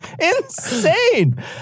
Insane